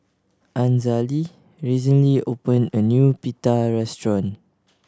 Azalee recently opened a new Pita restaurant